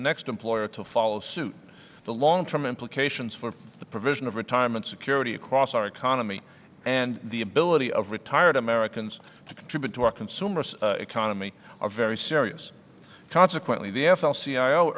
next employer to follow suit the long term implications for the provision of retirement security across our economy and the ability of retired americans to contribute to our consumer economy are very serious consequently the a f l c